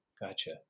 Gotcha